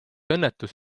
õnnetus